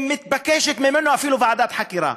ומתבקשת ממנו אפילו ועדת חקירה,